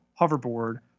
hoverboard